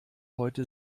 heute